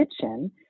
Kitchen